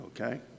okay